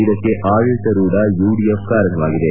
ಇದಕ್ಕೆ ಆಡಳಿತಾರೂಢ ಯುಡಿಎಫ್ ಕಾರಣವಾಗಿದೆ